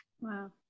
Wow